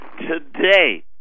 Today